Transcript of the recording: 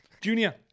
Junior